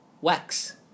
wax